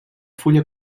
fulla